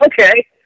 Okay